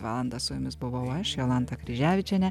valandą su jumis buvau aš jolanta kryževičienė